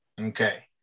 okay